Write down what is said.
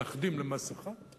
מאחדים למס אחד,